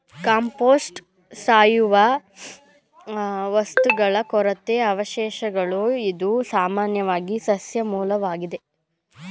compost ಸಾವಯವ ವಸ್ತುಗಳ ಕೊಳೆತ ಅವಶೇಷಗಳು ಇದು ಸಾಮಾನ್ಯವಾಗಿ ಸಸ್ಯ ಮೂಲ್ವಾಗಿದೆ